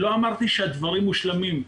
לא אמרתי שהדברים מושלמים.